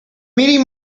meeting